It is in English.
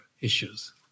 issues